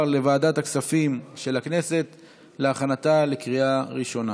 לוועדת הכספים של הכנסת להכנתה לקריאה ראשונה.